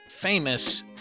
famous